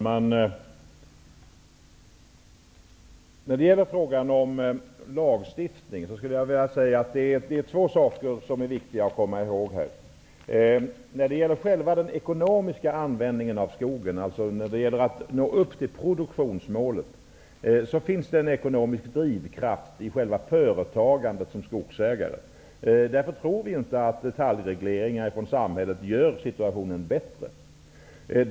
Herr talman! I fråga om lagstiftningen skulle jag vilja säga att det är två saker som är viktiga att komma ihåg. När det gäller den ekonomiska användningen av skogen, dvs. att nå upp till produktionsmålet, finns det en ekonomisk drivkraft i skogsägarnas företagande. Därför tror vi inte att detaljregleringar från samhället gör situationen bättre.